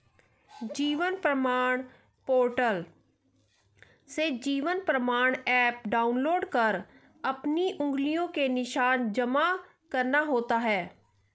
जीवन प्रमाण पोर्टल से जीवन प्रमाण एप डाउनलोड कर अपनी उंगलियों के निशान जमा करना होता है